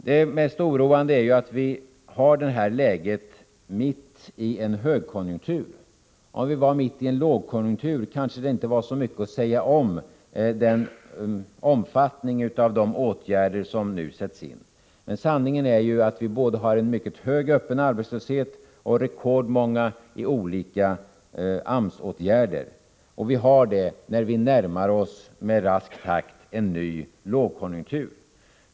Det mest oroande är att vi har denna arbetslöshet mitt i en högkonjunktur. Om vi befann oss mitt i en lågkonjunktur skulle det kanske inte vara så mycket att säga om omfattningen av de åtgärder som nu sätts in. Men sanningen är ju att vi har både en mycket hög arbetslöshet och ett rekordartat antal personer i olika AMS-åtgärder. Vi har det samtidigt som vi med rask takt närmar oss en ny lågkonjunktur.